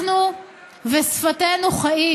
אנחנו ושפתנו חיים.